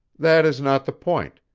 that is not the point.